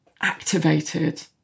activated